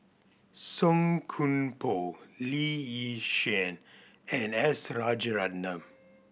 Song Koon Poh Lee Yi Shyan and S Rajaratnam